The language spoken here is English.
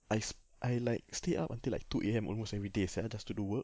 I sp~ I like stay up until like two A M almost everyday sia just to do work